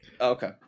Okay